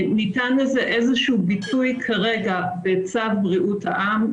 ניתן לזה איזשהו ביטוי כרגע בצו בריאות העם,